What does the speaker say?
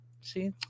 See